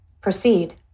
Proceed